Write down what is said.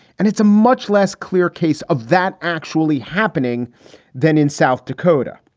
and it's a much less clear case of that actually happening than in south dakota.